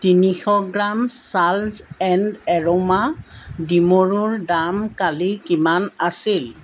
তিনিশ গ্ৰাম চাল্জ and aroma ডিমৰুৰ দাম কালি কিমান আছিল